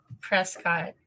Prescott